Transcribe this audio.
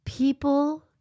People